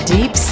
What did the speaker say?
Deep